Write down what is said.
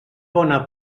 bona